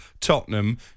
Tottenham